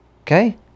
Okay